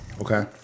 Okay